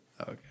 Okay